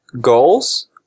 goals